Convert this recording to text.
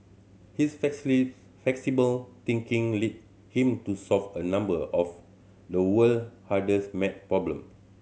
his flexible thinking led him to solve a number of the world hardest maths problem